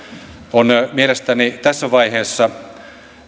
on mielestäni tässä vaiheessa